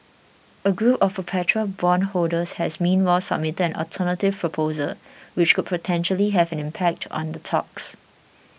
a group of perpetual bondholders has meanwhile submitted an alter